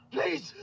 Please